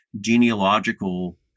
genealogical